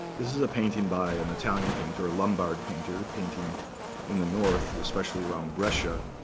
this is a painting by an italian painter, a lombard painter, painting in the north, especially around brescia.